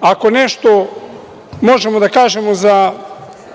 ako nešto možemo da kažemo za